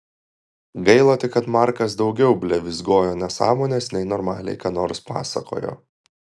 gaila tik kad markas daugiau blevyzgojo nesąmones nei normaliai ką nors pasakojo